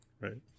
right